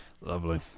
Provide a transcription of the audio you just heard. Lovely